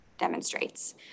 Demonstrates